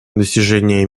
достижение